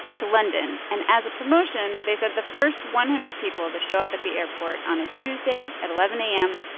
to london. and as a promotion, they said the first one hundred people to show up at the airport on a tuesday at eleven a m.